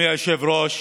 אדוני היושב-ראש,